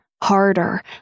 harder